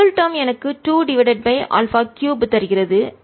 முதல் டேர்ம் எனக்கு 2 divided by α 3 தருகிறது